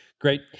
Great